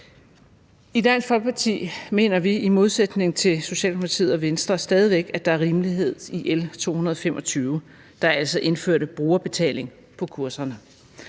I Dansk Folkeparti mener vi i modsætning til Socialdemokratiet og Venstre stadig væk, at der er rimelighed i L 225, der altså indførte brugerbetaling på kurserne.